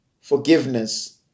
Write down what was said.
forgiveness